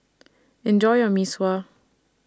Enjoy your Mee Sua